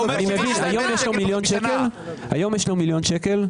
היום יש לו מיליון שקל.